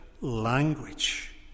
language